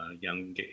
young